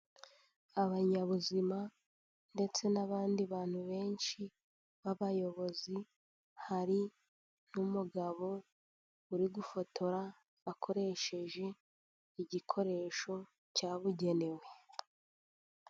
Abanyabuzima ndetse n'abandi bantu benshi b'abayobozi, hari n'umugabo uri gufotora akoresheje igikoresho cyabugenewe.